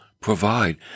provide